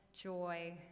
joy